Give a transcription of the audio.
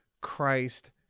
Christ